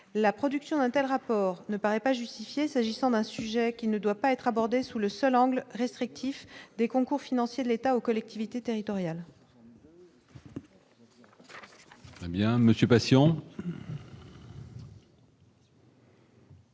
la production d'untel rapport ne paraît pas justifié, s'agissant d'un sujet qui ne doit pas être abordé sous le seul angle restrictif des concours financiers de l'État aux collectivités territoriales.